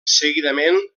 seguidament